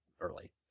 early